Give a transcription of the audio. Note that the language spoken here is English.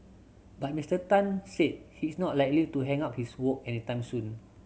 but Mister Tan said he is not likely to hang up his wok anytime soon